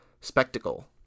spectacle